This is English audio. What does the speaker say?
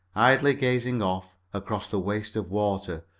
idly gazing off across the waste of water,